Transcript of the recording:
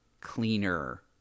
cleaner